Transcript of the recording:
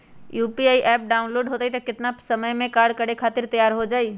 UPI app download होई त कितना समय मे कार्य करे खातीर तैयार हो जाई?